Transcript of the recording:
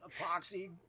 epoxy